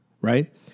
right